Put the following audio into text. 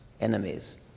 enemies